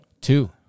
two